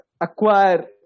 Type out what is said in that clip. acquire